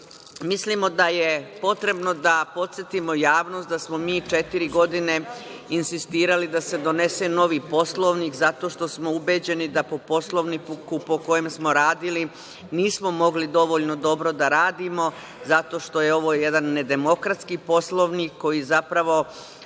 da je potrebno da podsetimo javnost da smo mi četiri godine insistirali na tome da se donese novi Poslovnik, zato što smo ubeđeni da po Poslovniku po kojem smo radili nismo mogli dovoljno dobro da radimo, zato što je ovo jedan nedemokratski Poslovnik, koji je zapravo